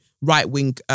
right-wing